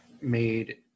made